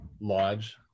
lodge